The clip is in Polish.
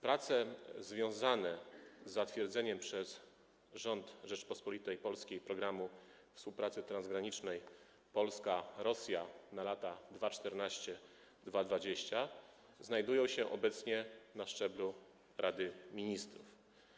Prace związane z zatwierdzeniem przez rząd Rzeczypospolitej Polskiej „Programu współpracy transgranicznej Polska-Rosja 2014-2020” znajdują się obecnie na szczeblu Rady Ministrów.